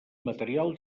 material